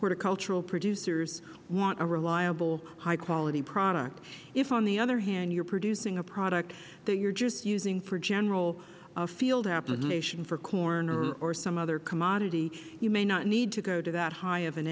horticultural producers want a reliable high quality product if on the other hand you are producing a product that you are just using for general field application for corn or for some other commodity you may not need to go to that high of an